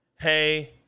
hey